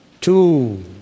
two